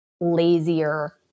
lazier